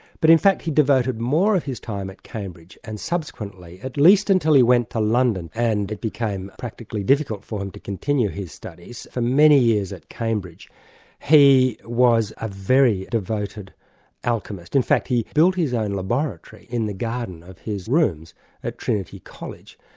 but in fact he devoted more of his time at cambridge, and subsequently at least until he went to london and it became practically difficult for him to continue his studies. for many years at cambridge he was a very devoted alchemist. in fact he built his own laboratory in the garden of his rooms at trinity college,